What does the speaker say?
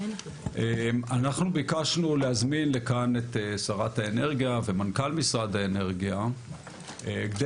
אנחנו ביקשנו להזמין לכאן את שרת האנרגיה ומנכ"ל משרד האנרגיה כדי